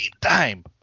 time